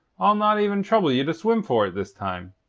i'll not even trouble you to swim for it this time.